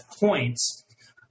points